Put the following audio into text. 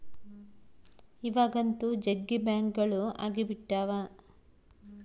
ಇವಾಗಂತೂ ಜಗ್ಗಿ ಬ್ಯಾಂಕ್ಗಳು ಅಗ್ಬಿಟಾವ